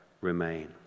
remain